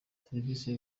serivisi